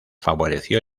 favoreció